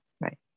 Right